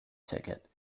ticket